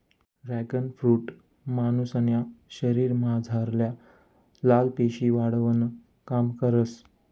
dragon fruit मानुसन्या शरीरमझारल्या लाल पेशी वाढावानं काम करस